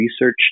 research